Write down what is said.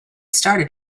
started